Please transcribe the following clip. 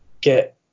get